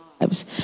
lives